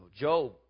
Job